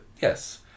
yes